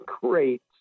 great